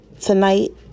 tonight